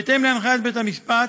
בהתאם להנחיית בית-המשפט,